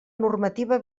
normativa